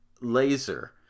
laser